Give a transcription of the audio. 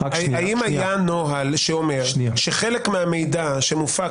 האם היה נוהל שאומר שחלק מהמידע שמופק